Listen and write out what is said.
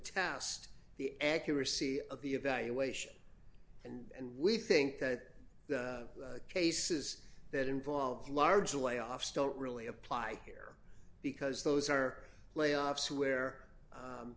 test the accuracy of the evaluation and we think that the cases that involve large away offs don't really apply here because those are layoffs where